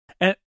And-